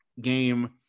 game